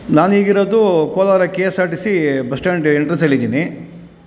ನಾನು ಈಗ ಇರೋದು Kolar K S R T C bus stand ಎಂಟ್ರೆನ್ಸಲ್ಲಿ ಇದ್ದೀನಿ